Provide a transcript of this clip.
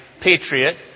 patriot